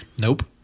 Nope